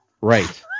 Right